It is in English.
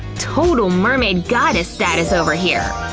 total mermaid goddess status over here!